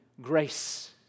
grace